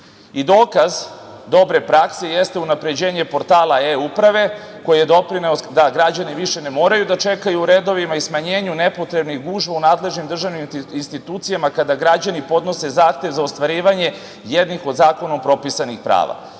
dobre prakse jeste unapređenje portala eUprave koji je doprineo da građani više ne moraju da čekaju u redovima i smanjenju nepotrebnih gužva u nadležnim državnim institucijama kada građani podnose zahtev za ostvarivanje jednih od zakonom propisanih prava. Tako